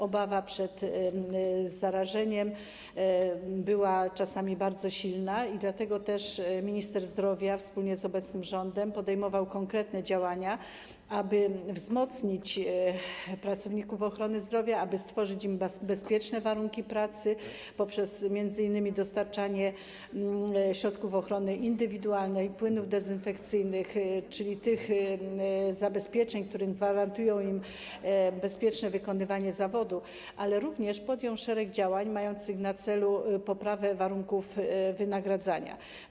Obawa przed zarażeniem była czasami bardzo silna i dlatego też minister zdrowia wspólnie z obecnym rządem zarówno podejmował konkretne działania, aby wzmocnić pracowników ochrony zdrowia, aby stworzyć im bezpieczne warunki pracy poprzez m.in. dostarczanie środków ochrony indywidualnej, płynów dezynfekcyjnych, czyli tych zabezpieczeń, które gwarantują bezpieczne wykonywanie zawodu, jak również podjął szereg działań mających na celu poprawę warunków wynagradzania.